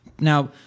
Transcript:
Now